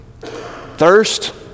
thirst